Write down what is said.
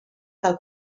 del